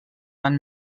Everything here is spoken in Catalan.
van